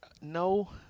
No